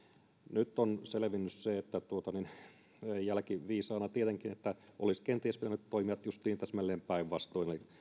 nyt on selvinnyt se jälkiviisaana tietenkin että olisi kenties pitänyt toimia justiin täsmälleen päinvastoin eli